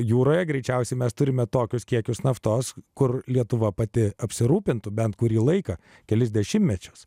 jūroje greičiausiai mes turime tokius kiekius naftos kur lietuva pati apsirūpinti bent kurį laiką kelis dešimtmečius